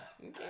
Okay